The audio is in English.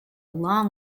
long